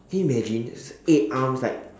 can you imagine eight arms like